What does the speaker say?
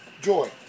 Joy